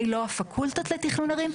לא הפקולטות לתכנון ערים,